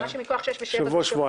מה שמכוח 6 ו-7 זה שבוע,